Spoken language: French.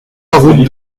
route